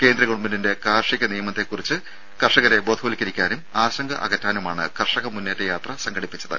കേന്ദ്ര ഗവൺമെന്റിന്റെ കാർഷിക നിയമത്തെ കുറിച്ച് കർഷകരെ ബോധവൽക്കരിക്കാനും ആശങ്ക അകറ്റാനുമാണ് കർഷക മുന്നേറ്റ യാത്ര സംഘടിപ്പിച്ചത്